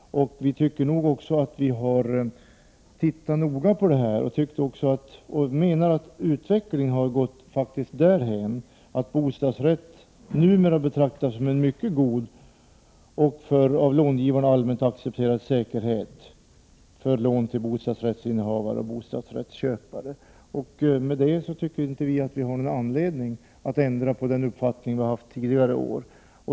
Vi har tittat noga på detta och har funnit att utvecklingen har gått därhän att bostadsrätt numera betraktas som en mycket god och av långivarna allmänt accepterad säkerhet för lån till bostadsrättsinnehavare och bostadsrättsköpare. Det finns alltså inte någon anledning att ändra uppfattningen från tidigare år.